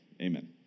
Amen